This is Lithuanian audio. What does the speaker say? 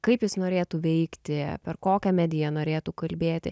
kaip jis norėtų veikti per kokią mediją norėtų kalbėti